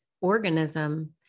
organism